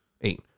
Eight